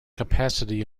capacity